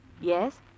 Yes